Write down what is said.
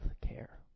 care